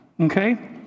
okay